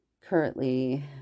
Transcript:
currently